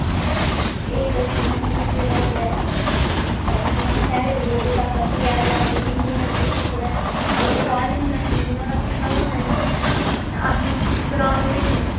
एह् दसदियां असेंगी कि सवेरा होई गेआ ऐ ते नेईं तां शैहरे च लोक दस दस ग्यारां ग्यारां बज्जी जंदे उलेंगी अंदर ही सुत्ते दे कोई आबाज नेई उनें सुननी ते उनें उट्ठना कुसले ते असी ग्रां च रैहन्ने